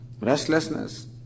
restlessness